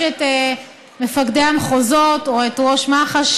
יש את מפקדי המחוזות או את ראש מח"ש,